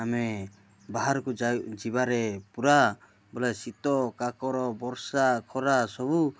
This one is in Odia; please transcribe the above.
ଆମେ ବାହାରକୁ ଯିବାରେ ପୂରା ବୋଲେ ଶୀତ କାକର ବର୍ଷା ଖରା ସବୁ